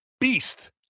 beast